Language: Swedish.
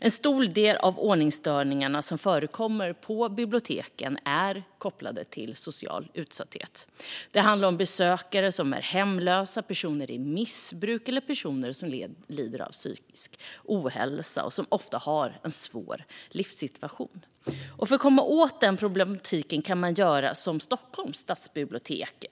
En stor del av de ordningsstörningar som förekommer på biblioteken är kopplade till social utsatthet. Det handlar om besökare som är hemlösa, personer i missbruk och personer som lider av psykisk ohälsa. Ofta har de en svår livssituation. För att komma åt den problematiken kan man göra som Stockholms stadsbibliotek.